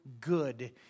good